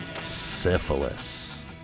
syphilis